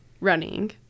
running